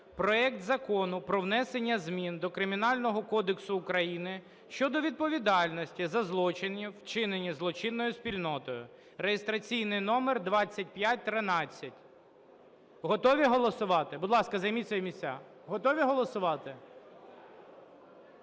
проект Закону про внесення змін до Кримінального кодексу України щодо відповідальності за злочини, вчинені злочинною спільнотою (реєстраційний номер 2513). Готові голосувати? Будь ласка, займіть свої місця. Готові голосувати?